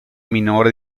minore